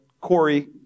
Corey